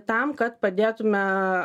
tam kad padėtume